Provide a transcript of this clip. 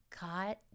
God